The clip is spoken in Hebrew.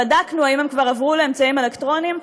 ובדקנו אם הם כבר עברו לאמצעים אלקטרוניים.